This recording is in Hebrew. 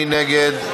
מי נגד?